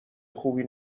خوبی